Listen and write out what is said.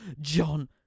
John